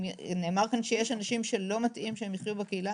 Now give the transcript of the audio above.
נאמר כאן שיש אנשים שלא מתאים שיחיו בקהילה,